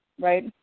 right